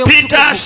Peter